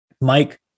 Mike